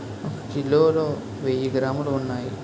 ఒక కిలోలో వెయ్యి గ్రాములు ఉన్నాయి